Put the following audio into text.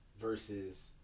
versus